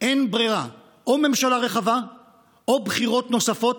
ואין ברירה: או ממשלה רחבה או בחירות נוספות,